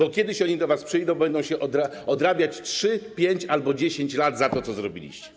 Bo kiedyś oni do was przyjdą, będą odrabiać 3, 5 albo 10 lat to, co zrobiliście.